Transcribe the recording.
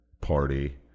party